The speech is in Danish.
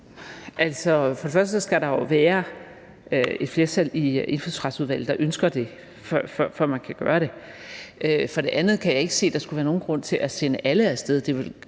For det første skal der jo være et flertal i Indfødsretsudvalget, der ønsker det, før man kan gøre det. For det andet kan jeg ikke se, at der skulle være nogen grund til at sende alle af sted.